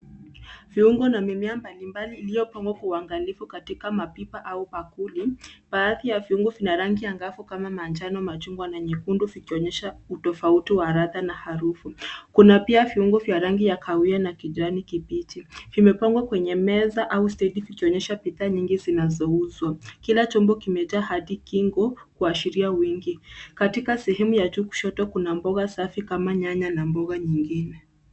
Viungo na mimea mbalimbali iliyopangwa kwa uangalifu katika mapipa au bakuli. Baadhi ya viungo vina rangi anagavu kama manjano, machungwa na mekundu vikionyesha utofauti wa ladha na harufu. Kuna pia viungo vya rangi ya kahawia na kijani kibichi . Vimepangwa kwenye meza au stendi zikionyesha bidhaa nyingi zinazouzwa. Kila chombo kimejaa hadi kingo kuashiria wingi. Katika sehemu ya juu kushoto kuna mboga safi kama nyanya na mboga nyingine.